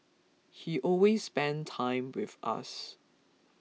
he always spent time with us